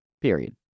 Period